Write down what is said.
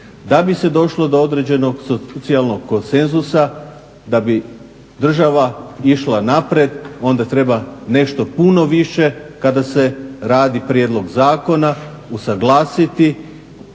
Da bi se došlo do određenog socijalnog konsenzusa, da bi država išla naprijed onda treba nešto puno više kada se radi prijedlog zakona, usuglasiti,